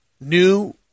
New